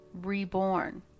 reborn